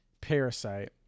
parasite